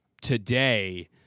Today